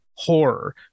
Horror